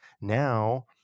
Now